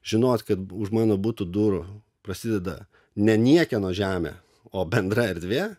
žinot kad už mano butų durų prasideda ne niekieno žemę o bendra erdvė